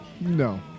No